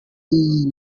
y’iyi